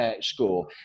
score